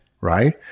right